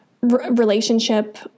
relationship